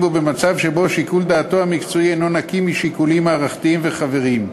ובמצב שבו שיקול דעתו המקצועי אינו נקי משיקולים מערכתיים וחבריים.